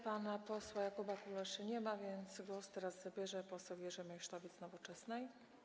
Pana posła Jakuba Kuleszy nie ma, więc głos teraz zabierze poseł Jerzy Meysztowicz z Nowoczesnej.